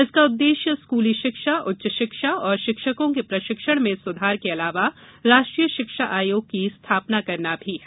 इसका उद्वेश्य स्कूली शिक्षा उच्च शिक्षा और शिक्षकों के प्रशिक्षण में सुधार के अलावा राष्ट्रीय शिक्षा आयोग की स्थापना करना भी है